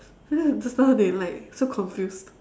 and then just now they like so confused